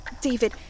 David